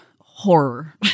horror